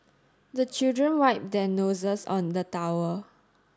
the children wipe their noses on the towel